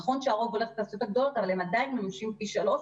נכון שהרוב הולך לתעשיות הגדולות אבל הם עדיין מממשים פי שלושה,